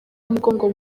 umugongo